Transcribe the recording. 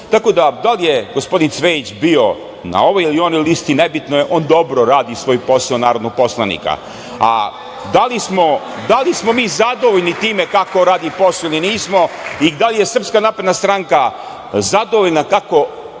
lica. Tako da, da li je gospodin Cvejić bio na ovoj ili onoj listi, nebitno je, on dobro radi svoj posao narodnog poslanika.A da li smo mi zadovoljni time kako radi posao ili nismo i da li je SNS zadovoljna kako